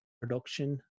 production